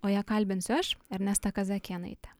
o ją kalbinsiu aš ernesta kazakėnaitė